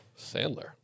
Sandler